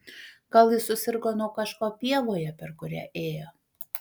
gal ji susirgo nuo kažko pievoje per kurią ėjo